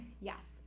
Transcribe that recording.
Yes